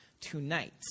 tonight